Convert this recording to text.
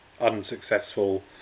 unsuccessful